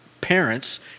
parents